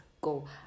go